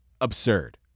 absurd